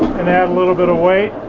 and add a little bit of weight